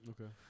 Okay